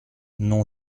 non